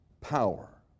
power